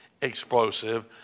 explosive